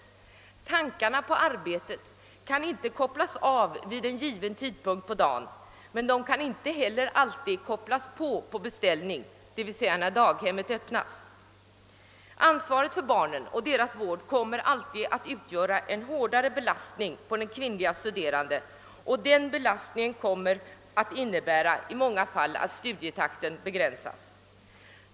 Tankarna på arbetet kan inte kopplas av vid en given tidpunkt på dagen, men de kan inte heller alltid kopplas på på beställning, d.v.s. när daghemmet öppnar. Ansvaret för barnen och deras vård kommer alltid att utgöra en hårdare belastning på den kvinnliga studeranden, och den belastningen kommer att i de allra flesta fall innebära att studietakten i viss mån begränsas.